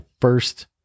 first